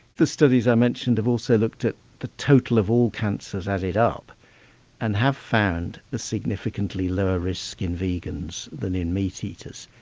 the studies i mentioned have also looked at the total of all cancers added up and have found the significantly lower risk in vegans than in meat-eaters,